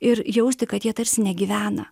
ir jausti kad jie tarsi negyvena